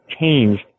changed